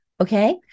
Okay